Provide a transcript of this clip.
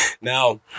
Now